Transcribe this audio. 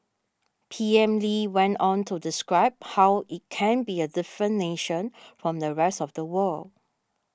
PM Lee went on to describe how it can be a different nation from the rest of the world